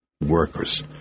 workers